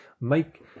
Make